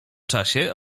czasie